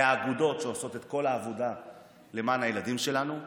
והאגודות שעושות את כל העבודה למען הילדים שלנו.